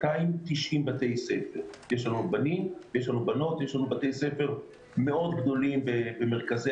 בשעה שתים-עשרה, נקיים דיון בנושא המגזר